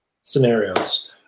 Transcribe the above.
scenarios